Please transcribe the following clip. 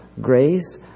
grace